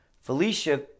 Felicia